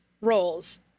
roles